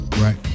Right